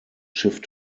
shift